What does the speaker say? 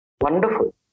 Wonderful